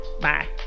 Bye